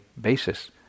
basis